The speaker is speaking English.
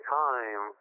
time